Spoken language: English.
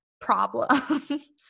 problems